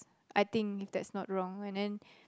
I think if that's not wrong and then